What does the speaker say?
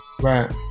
Right